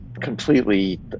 completely